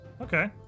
Okay